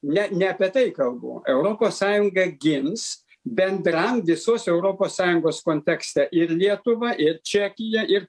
ne ne apie tai kalbu europos sąjunga gins bendram visos europos sąjungos kontekste ir lietuvą ir čekiją ir